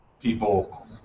people